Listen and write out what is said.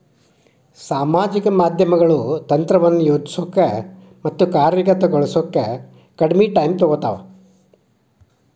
ಸಾಮಾಜಿಕ ಮಾಧ್ಯಮಗಳು ತಂತ್ರವನ್ನ ಯೋಜಿಸೋಕ ಮತ್ತ ಕಾರ್ಯಗತಗೊಳಿಸೋಕ ಕಡ್ಮಿ ಟೈಮ್ ತೊಗೊತಾವ